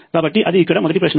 కాబట్టి ఇది ఇక్కడ మొదటి ప్రశ్న